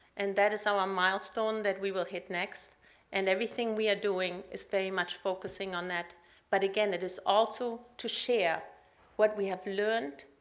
and that is our milestone that we will hit nexts next and everything we are doing is very much focusing on that but again it is also to share what we have learned,